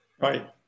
Right